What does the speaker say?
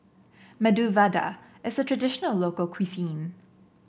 Medu Vada is a traditional local cuisine